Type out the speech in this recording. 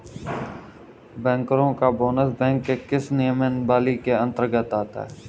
बैंकरों का bonus bank के किस नियमावली के अंतर्गत आता है?